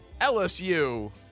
LSU